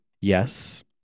Yes